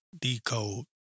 decode